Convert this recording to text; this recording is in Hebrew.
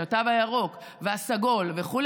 של התו הירוק והסגול וכו',